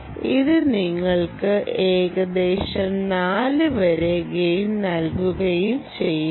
ഇത് നിങ്ങൾക്ക് ഏകദേശം 4 വരെ ഗെയിൻ നൽകുകയും ചെയ്യുന്നു